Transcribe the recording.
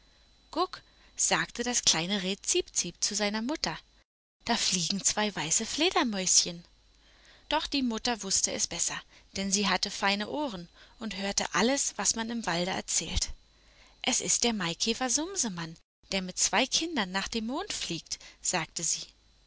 guck sagte das kleine reh ziepziep zu seiner mutter da fliegen zwei weiße fledermäuschen doch die mutter wußte es besser denn sie hatte feine ohren und hörte alles was man im walde erzählt es ist der maikäfer sumsemann der mit zwei kindern nach dem mond fliegt sagte sie